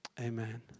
amen